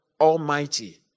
Almighty